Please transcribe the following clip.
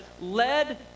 led